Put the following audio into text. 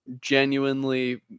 genuinely